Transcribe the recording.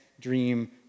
dream